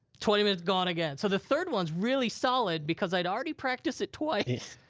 twenty minutes gone again. so the third one's really solid, because i'd already practiced it twice.